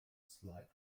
slide